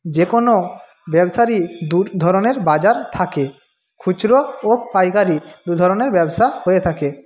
যে কোনো ব্যবসারই দু ধরণের বাজার থাকে খুচরো ও পাইকারি দু ধরণের ব্যবসা হয়ে থাকে